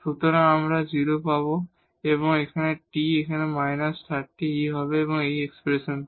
সুতরাং আমরা 0 পাবো এবং t এখানে −30 e হবে এই এক্সপ্রেশন থেকে